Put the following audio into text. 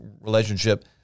relationship